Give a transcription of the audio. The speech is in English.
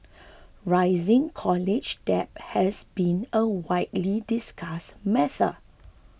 rising college debt has been a widely discussed matter